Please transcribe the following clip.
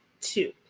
two